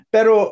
Pero